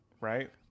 Right